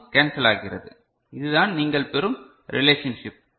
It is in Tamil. சி கேன்சல் ஆகிறது இதுதான் நீங்கள் பெறும் ரிலேஷன்ஷிப்